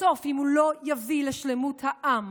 בסוף, אם הוא לא יביא לשלמות העם